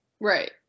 Right